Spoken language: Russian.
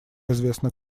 известно